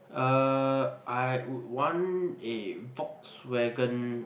uh I would want a Volkswagen`